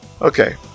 Okay